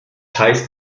heißt